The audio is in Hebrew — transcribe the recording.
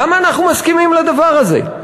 למה אנחנו מסכימים לדבר הזה?